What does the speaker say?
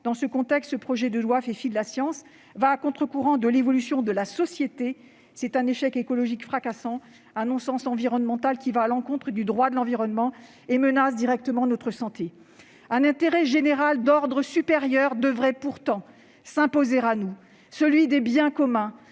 Dans ce contexte, ce projet de loi fait fi de la science, va à contre-courant de l'évolution de la société. C'est un échec écologique fracassant, un non-sens environnemental qui va à l'encontre du droit de l'environnement et menace directement notre santé. Un intérêt général d'ordre supérieur devrait pourtant s'imposer à nous, celui des biens communs